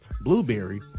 Blueberry